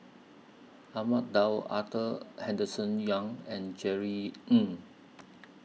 Ahmad Daud Arthur Henderson Young and Jerry Ng